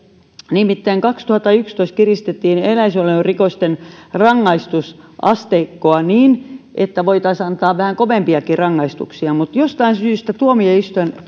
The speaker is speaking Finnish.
nimittäin kaksituhattayksitoista kiristettiin eläinsuojelurikosten rangaistusasteikkoa niin että voitaisiin antaa vähän kovempiakin rangaistuksia mutta jostain syystä tuomioistuin